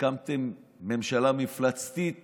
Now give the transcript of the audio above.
הקמתם ממשלה מפלצתית